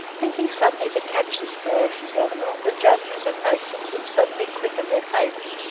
thinking suddenly to catch this ferocious animal, the judges and matrons would suddenly quicken their pace,